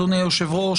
אדוני היושב-ראש,